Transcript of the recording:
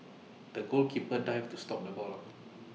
the goalkeeper dived to stop the ball